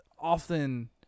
often